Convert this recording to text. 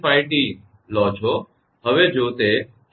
હવે જો તે 5